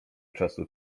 czasu